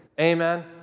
Amen